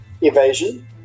Evasion